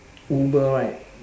uber right